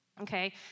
Okay